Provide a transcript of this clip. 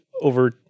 over